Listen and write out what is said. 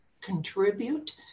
contribute